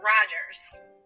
Rogers